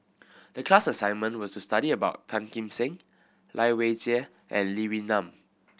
the class assignment was to study about Tan Kim Seng Lai Weijie and Lee Wee Nam